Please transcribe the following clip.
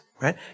right